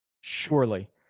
Surely